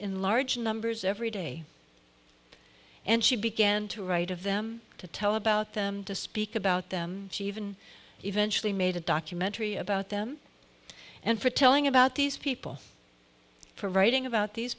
in large numbers every day and she began to write of them to tell about them to speak about them she even eventually made a documentary about them and for telling about these people for writing about these